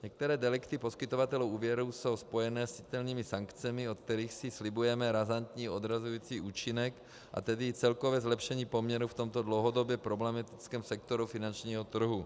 Některé delikty poskytovatelů úvěrů jsou spojené s citelnými sankcemi, od kterých si slibujeme razantní odrazující účinek, a tedy i celkové zlepšení poměrů v tomto dlouhodobě problematickém sektoru finančního trhu.